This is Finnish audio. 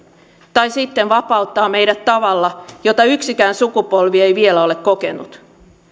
tai sitten vapauttaa meidät tavalla jota yksikään sukupolvi ei vielä ole kokenut